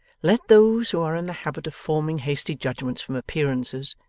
let those who are in the habit of forming hasty judgments from appearances,